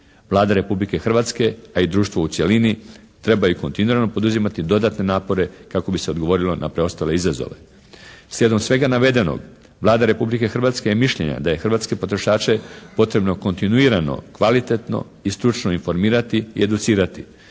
Vlada Republike Hrvatske pa i društvo u cjelini treba i kontinuirano poduzimati dodatne napore kako bi se odgovorilo na preostale izazove. Slijedom svega navedenog Vlada Republike Hrvatske je mišljenja da je hrvatske potrošače potrebno kontinuirano kvalitetno i stručno informirati i educirati